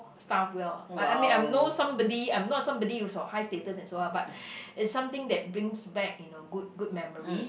staff well lah I mean I'm no somebody I'm not somebody who's of high status or so lah but it's something that brings back you know good memories